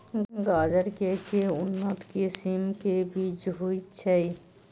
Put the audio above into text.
गाजर केँ के उन्नत किसिम केँ बीज होइ छैय?